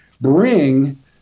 bring